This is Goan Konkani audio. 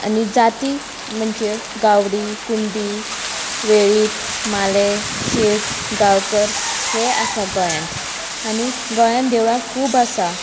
आनी जाती म्हणजे गावडी कुणबी वेळीप माले शेट गांवकर हे आसा गोंयांत आनी गोंयान देवळां खूब आसा